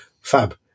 fab